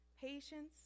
patience